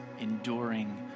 enduring